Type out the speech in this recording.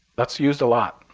that's used a lot.